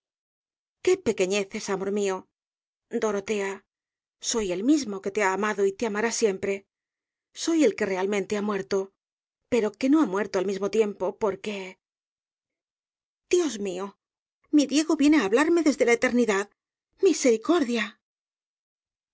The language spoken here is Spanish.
qué pequeneces amor mío dorotea soy el mismo que te ha amado y te amará siempre soy el que realmente ha muerto pero que no ha muerto al mismo tiempo porque rosalía de castro dios mío mi diego viene á hablarme desde la eternidad misericordia